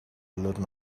learn